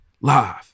live